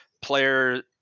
player